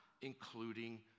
including